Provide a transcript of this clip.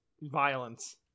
violence